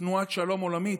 תנועת שלום עולמית,